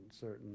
certain